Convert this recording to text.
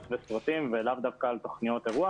וסרטים ולאו דווקא על תכניות אירוח.